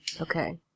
Okay